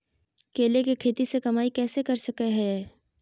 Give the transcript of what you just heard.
केले के खेती से कमाई कैसे कर सकय हयय?